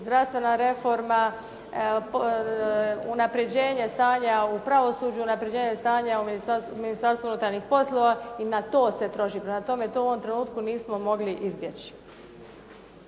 zdravstvena reforma, unapređenje stanja u pravosuđu, unapređenje stanje u Ministarstvu unutarnjih poslova i na to se troši. Prema tome, to u ovom trenutku nismo mogli izbjeći.